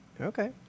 Okay